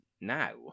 now